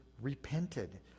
repented